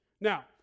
Now